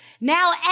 Now